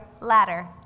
Ladder